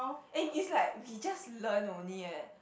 and is like we just learn only eh